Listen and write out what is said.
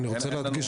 אני רוצה להדגיש,